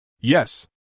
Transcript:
Yes